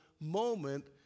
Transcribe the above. moment